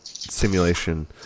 simulation